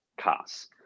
cars